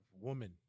woman